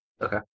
Okay